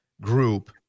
group